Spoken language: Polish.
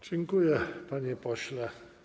Dziękuję, panie pośle.